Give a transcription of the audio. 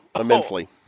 immensely